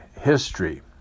history